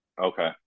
Okay